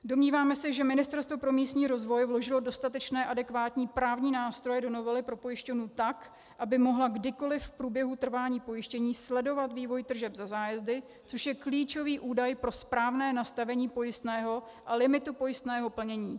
Domníváme se, že Ministerstvo pro místní rozvoj vložilo dostatečné adekvátní právní nástroje do novely pro pojišťovnu tak, aby mohla kdykoliv v průběhu trvání pojištění sledovat vývoj tržeb za zájezdy, což je klíčový údaj pro správné nastavení pojistného a limitu pojistného plnění.